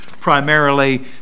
primarily